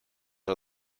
are